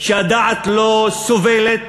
שהדעת לא סובלת